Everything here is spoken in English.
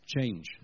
change